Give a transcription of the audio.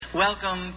Welcome